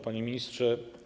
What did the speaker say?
Panie Ministrze!